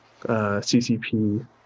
CCP